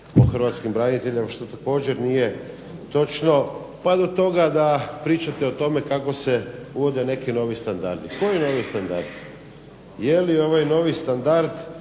o hrvatskim braniteljima što također nije točno, pa do toga da pričate o tome kako se uvode neki novi standardi. Koji novi standardi? Je li ovaj novi standard